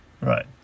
right